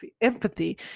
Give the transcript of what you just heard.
empathy